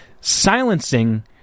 silencing